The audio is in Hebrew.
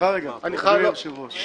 --- אדוני היושב-ראש.